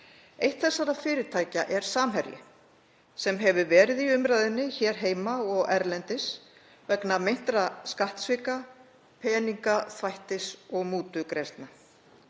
Eitt þessara fyrirtækja er Samherji sem hefur verið í umræðunni hér heima og erlendis vegna meintra skattsvika, peningaþvættis og mútugreiðslna.